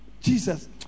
Jesus